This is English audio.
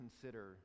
consider